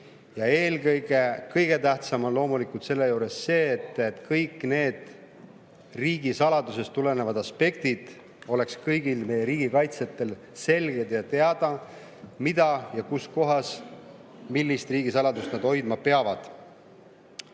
Ja kõige tähtsam on loomulikult selle juures see, et kõik riigisaladusest tulenevad aspektid oleks kõigil meie riigi kaitsjatel selged ja nad teaksid, mida ja kus kohas millist riigisaladust nad hoidma peavad.